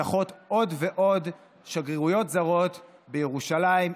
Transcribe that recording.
נפתחות עוד ועוד שגרירויות זרות בירושלים,